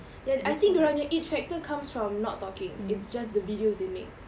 and I think dorang punya it factor comes from not talking it's just the videos they make